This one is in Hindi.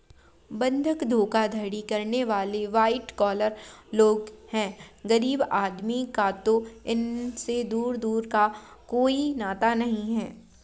बंधक धोखाधड़ी करने वाले वाइट कॉलर लोग हैं गरीब आदमी का तो इनसे दूर दूर का कोई नाता नहीं है